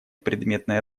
предметной